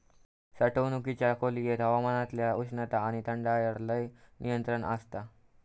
साठवणुकीच्या खोलयेत हवामानातल्या उष्णता आणि थंडायर लय नियंत्रण आसता